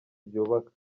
byubaka